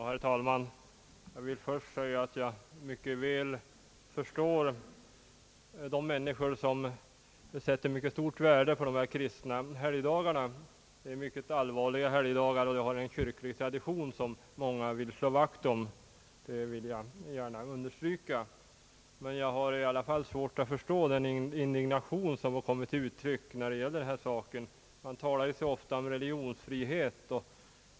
Herr talman! Jag vill först säga att jag mycket väl förstår de människor som sätter stort värde på de kyrkliga helgdagarna. De är mycket allvarliga helgdagar och har en kyrklig tradition som många vill slå vakt om. Men jag har i alla fall svårt att förstå den indignation som kommer till uttryck i denna sak. Man talar ju så ofta om religionsfrihet.